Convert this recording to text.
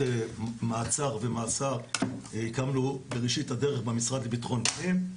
מעצר ומאסר שהקמנו בראשית הדרך במשרד לביטחון פנים,